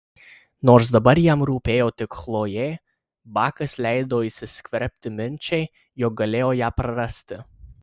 nors dabar jam rūpėjo tik chlojė bakas leido įsiskverbti minčiai jog galėjo ją prarasti